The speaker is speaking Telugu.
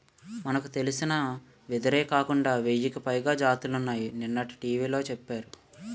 మనకు తెలిసిన వెదురే కాకుండా వెయ్యికి పైగా జాతులున్నాయని నిన్ననే టీ.వి లో చెప్పారు